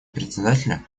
председателя